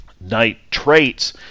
nitrates